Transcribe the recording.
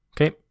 Okay